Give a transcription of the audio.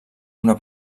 una